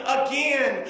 again